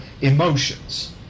emotions